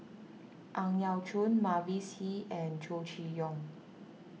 Ang Yau Choon Mavis Hee and Chow Chee Yong